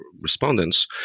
respondents